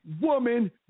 woman